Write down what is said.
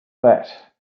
that